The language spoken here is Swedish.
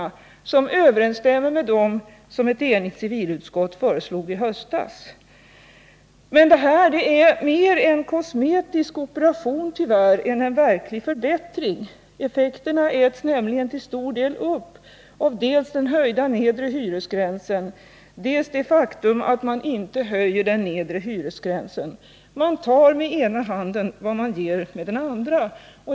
Den nu föreslagna övre hyresgränsen överensstämmer med den som ett enhälligt civilutskott föreslog i höstas. Men detta är mer en kosmetisk operation än en verklig förbättring. Effekterna äts nämligen till stor del upp dels av den höjda nedre hyresgränsen, dels av det faktum att man inte höjer den nedre inkomstgränsen. Det man ger med den ena handen tar man igen med den andra.